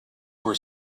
were